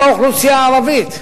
גם האוכלוסייה הערבית,